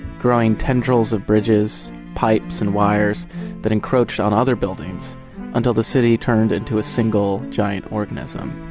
growing tendrils of bridges pipes and wires that encroach on other buildings until the city turned into a single giant organism